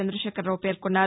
చంద్రశేఖరరావు పేర్కొన్నారు